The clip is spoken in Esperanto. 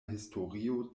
historio